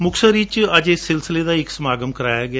ਮੁਕਤਸਰ ਵਿਚ ਅੱਜ ਇਸ ਸਿਲਸਿਲੇ ਦਾ ਇਕ ਸਮਾਗਮ ਕਰਵਾਇਆ ਗਿਆ